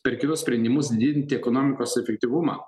per kitus sprendimus didinti ekonomikos efektyvumą